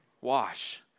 Wash